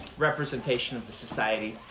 representation of the society.